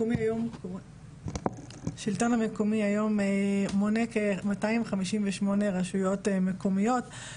השלטון המקומי היום מונה כ-258 רשויות מקומיות,